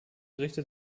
richtet